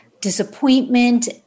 disappointment